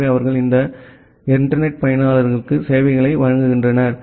எனவே அவர்கள் இந்த இன்டர்நெட் பயனர்களுக்கு சேவைகளை வழங்குகிறார்கள்